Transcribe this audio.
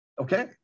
Okay